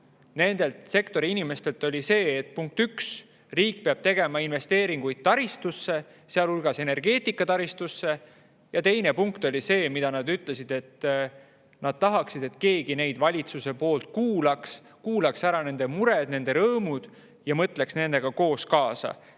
nendelt sektori inimestelt oli see, punkt üks: riik peab tegema investeeringuid taristusse, sealhulgas energeetikataristusse. Ja teine punkt, mida nad ütlesid, et nad tahaksid, oli see, et keegi neid valitsuse poolt kuulaks: kuulaks ära nende mured, nende rõõmud ja mõtleks nendega kaasa.